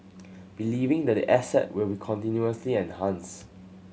believing that the asset will be continuously enhanced